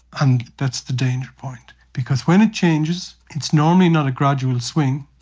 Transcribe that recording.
and that's the danger point, because when it changes it's normally not a gradual swing,